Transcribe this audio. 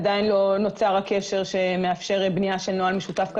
עדיין לא נוצר הקשר שמאפשר בניית נוהל משותף כזה.